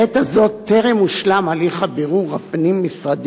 בעת הזאת טרם הושלם הליך הבירור הפנים-משרדי,